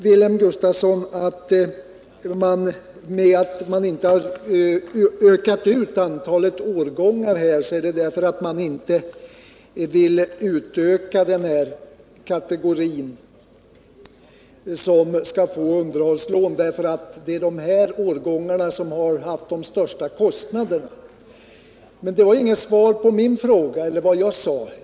Wilhelm Gustafsson säger att anledningen till att man inte har utökat antalet årgångar är att man inte vill vidga kategorin som skall få underhållslån och att de årgångar som nu omfattas är de som har haft de största kostnaderna. Men det var inte svar på vad jag sade.